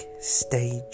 stage